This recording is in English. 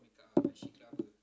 I'm a shit clubber